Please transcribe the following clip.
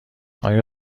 آیا